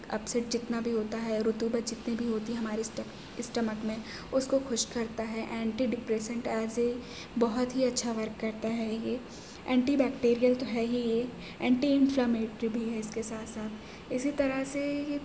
upset جتنا بھی ہوتا ہے رطوبت جتنی بھی ہوتی ہے ہمارے اسٹ اسٹمک میں اس کو خشک کرتا ہے طرح سے بہت ہی اچھا ورک کرتا ہے یہ اینٹی بیکٹیرئل تو ہے ہی یہ اینٹی انفلامیٹری بھی ہے اس کے ساتھ ساتھ اسی طرح سے یہ